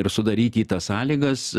ir sudaryti tas sąlygas